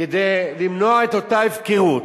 כדי למנוע את אותה הפקרות.